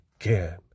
again